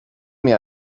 mir